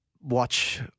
watch